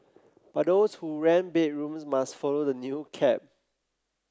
but those who rent bedrooms must follow the new cap